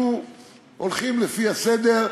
אנחנו הולכים לפי הסדר,